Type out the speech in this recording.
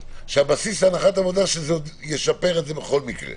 שהבסיס להנחת העבודה שזה ישפר את זה בכל מקרה.